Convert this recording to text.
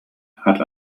hat